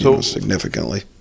significantly